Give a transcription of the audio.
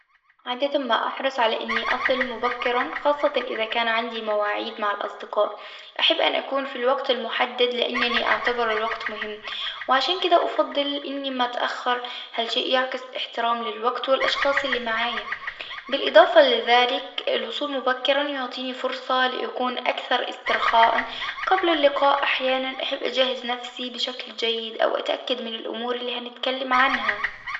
عادة ما أحرص على إني أصل مبكرًا خاصة إذا كان عندي مواعيد مع الأصدقاء، أحب أن أكون في الوقت المحدد لأنني أعتبر الوقت مهم وعشان كده أفضل إني ما اتأخر، هالشيء يعكس الاحترام للوقت والأشخاص اللي معي، بالإضافة لذلك الوصول مبكرًا يعطيني فرصة لأكون أكثر استرخاء قبل اللقاء أحيانًا أحب أجهز نفسي بشكل جيد أو أتأكد من الأمور اللي هنتكلم عنها.